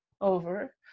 over